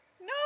No